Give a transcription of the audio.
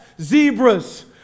zebras